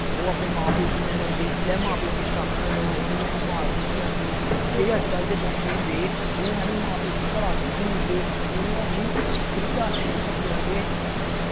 ओह् अपने मां प्यो गी निं मनदे जिसलै मां प्यो किश आक्खन उ'नें जानी मारने गी आंदे जेह्ड़े अजकल्ल दे बच्चे होंदे ओह् मां प्यो गी घरा कड्ढी ओड़दे उ'नें गी आखदे बृद्ध आशरम च छड्डी औगे